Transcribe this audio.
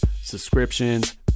subscriptions